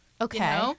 okay